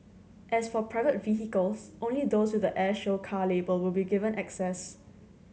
as for private vehicles only those with the air show car label will be given access